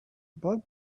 bug